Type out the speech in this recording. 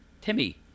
Timmy